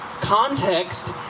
Context